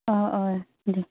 अ अ दे